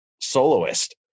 soloist